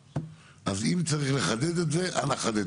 אז אם צריך לחדד את זה, אנא חדדו.